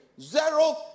Zero